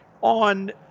on